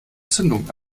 zündung